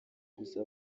gusa